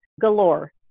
galore